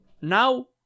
now